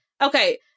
Okay